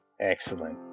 Excellent